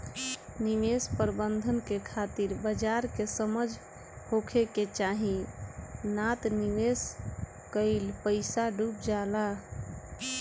निवेश प्रबंधन के खातिर बाजार के समझ होखे के चाही नात निवेश कईल पईसा डुब जाला